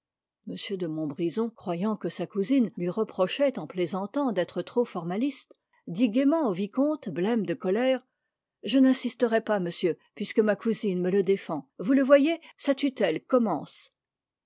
m de montbrison croyant que sa cousine lui reprochait en plaisantant d'être trop formaliste dit gaiement au vicomte blême de colère je n'insisterai pas monsieur puisque ma cousine me le défend vous le voyez sa tutelle commence